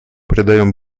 придаем